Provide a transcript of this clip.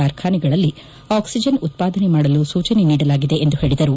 ಕಾರ್ಖಾನೆಗಳಲ್ಲಿ ಆಕ್ಷಿಜನ್ ಉತ್ವಾದನೆ ಮಾಡಲು ಸೂಚನೆ ನೀಡಲಾಗಿದೆ ಎಂದು ಹೇಳಿದರು